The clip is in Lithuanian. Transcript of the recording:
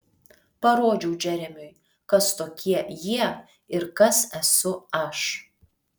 parodžiau džeremiui kas tokie jie ir kas esu aš